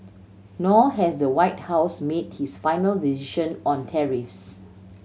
nor has the White House made its final decision on tariffs